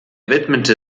widmete